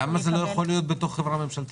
למה זה לא יכול להיות בתוך החברה הממשלתית?